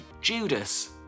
Judas